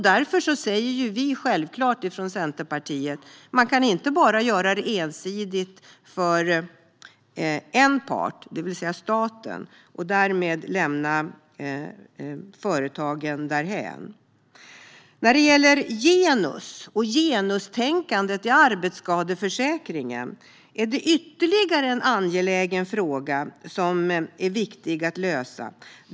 Därför säger vi självklart från Centerpartiet: Man kan inte göra detta ensidigt för en part, det vill säga staten, och därmed lämna företagen därhän. Genus och genustänkandet i arbetsskadeförsäkringen är ytterligare en angelägen fråga som är viktig att lösa.